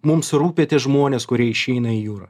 mums rūpi tie žmonės kurie išeina į jūrą